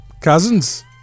cousins